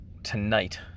Tonight